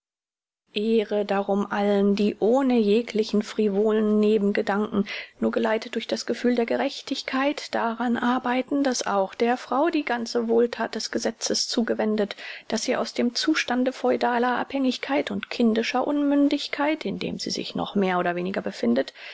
ehre darum allen die ohne jeglichen frivolen nebengedanken nur geleitet durch das gefühl der gerechtigkeit daran arbeiten daß auch der frau die ganze wohlthat des gesetzes zugewendet daß sie aus dem zustande feudaler abhängigkeit und kindischer unmündigkeit in dem sie sich noch mehr oder weniger befindet